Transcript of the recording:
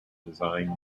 design